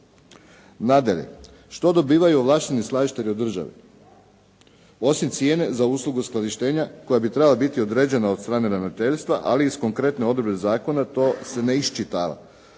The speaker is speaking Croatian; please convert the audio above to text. Nadalje, što dobivaju ovlašteni skladištari od države? Osim cijene za uslugu uskladištenja koja bi trebala biti određena od strane ravnateljstva ali iz konkretne odredbe zakona to se ne iščitava?